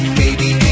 baby